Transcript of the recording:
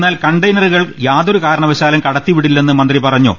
എന്നാൽ കണ്ടെയ്നറുകൾ യാതൊരു കാരണവശാലും കടത്തിവിടില്ലെന്ന് മന്ത്രി പറഞ്ഞു